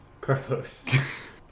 Carlos